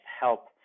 help